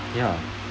ya